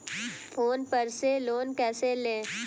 Phone पर से loan कैसे लें?